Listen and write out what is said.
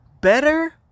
better